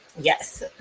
Yes